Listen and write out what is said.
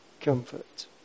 comfort